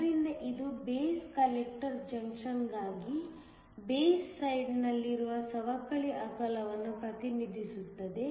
ಆದ್ದರಿಂದ ಇದು base collector ಜಂಕ್ಷನ್ಗಾಗಿ ಬೇಸ್ ಸೈಡ್ನಲ್ಲಿರುವ ಸವಕಳಿ ಅಗಲವನ್ನು ಪ್ರತಿನಿಧಿಸುತ್ತದೆ